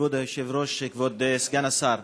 כבוד היושב-ראש, כבוד סגן השר,